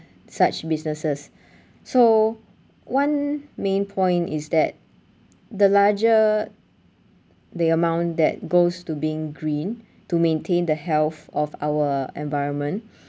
such businesses so one main point is that the larger the amount that goes to being green to maintain the health of our environment